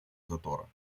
затора